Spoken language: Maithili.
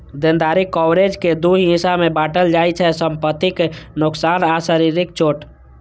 देनदारी कवरेज कें दू हिस्सा मे बांटल जाइ छै, संपत्तिक नोकसान आ शारीरिक चोट